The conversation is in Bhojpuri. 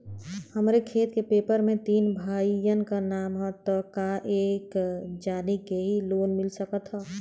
हमरे खेत के पेपर मे तीन भाइयन क नाम ह त का एक जानी के ही लोन मिल सकत ह?